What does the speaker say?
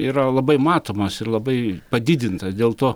yra labai matomas ir labai padidintas dėl to